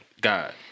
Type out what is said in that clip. God